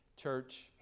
Church